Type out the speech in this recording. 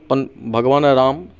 अपन भगवान राम